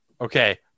okay